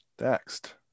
next